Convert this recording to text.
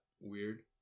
weird